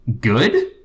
good